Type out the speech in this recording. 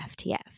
FTF